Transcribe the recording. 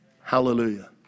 Hallelujah